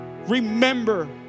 remember